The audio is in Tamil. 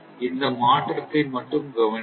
இந்த மாற்றத்தை மட்டும் கவனியுங்கள்